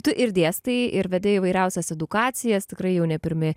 tu ir dėstai ir vedi įvairiausias edukacijas tikrai jau ne pirmi